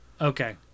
Okay